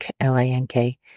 L-A-N-K